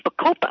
bacopa